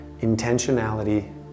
intentionality